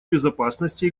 безопасности